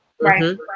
right